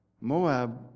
Moab